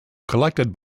collected